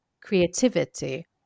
creativity